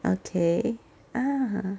okay ah